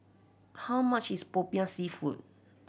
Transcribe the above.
how much is Popiah Seafood